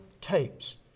tapes